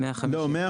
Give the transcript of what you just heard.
לא 150 מיליון.